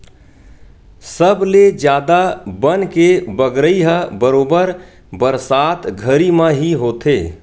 सबले जादा बन के बगरई ह बरोबर बरसात घरी म ही होथे